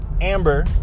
Amber